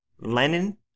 Lenin